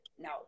No